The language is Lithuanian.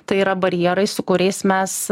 tai yra barjerai su kuriais mes